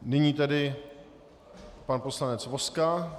Nyní tedy pan poslanec Vozka.